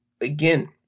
again